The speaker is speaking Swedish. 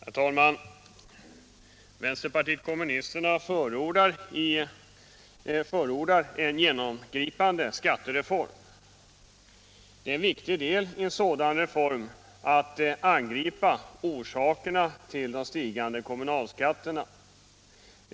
Herr talman! Vänsterpartiet kommunisterna förordar en genomgripande skattereform. Idén i en sådan reform är att angripa orsakerna till de stigande kommunalskatterna.